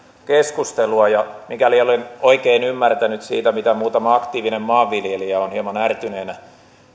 keskustelua ja mikäli olen oikein ymmärtänyt siitä mitä muutama aktiivinen maanviljelijä on hieman ärtyneenä